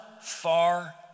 far